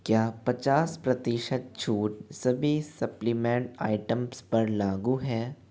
क्या पचास प्रतिशत छूट सभी सप्लीमेंट आइटम्स पर लागू है